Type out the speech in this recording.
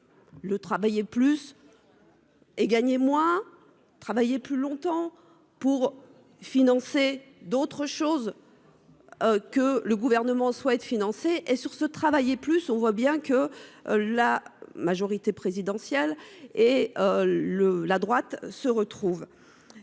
Le travailler plus. Et gagner moi travailler plus longtemps pour financer d'autres choses. Que le gouvernement souhaite financer et sur ce, travailler plus, on voit bien que la majorité présidentielle et. Le, la droite se retrouve.